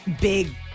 big